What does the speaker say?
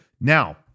Now